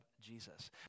Jesus